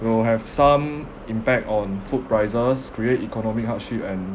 will have some impact on food prices create economic hardship and